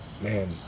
man